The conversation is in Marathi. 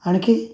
आणखी